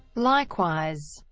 likewise,